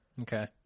Okay